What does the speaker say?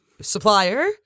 supplier